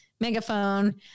megaphone